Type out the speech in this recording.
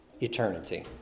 eternity